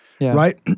Right